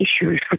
issues